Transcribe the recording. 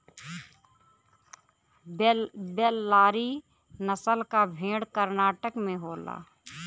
बेल्लारी नसल क भेड़ कर्नाटक में होला